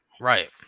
Right